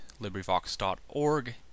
LibriVox.org